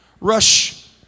rush